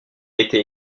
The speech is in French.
été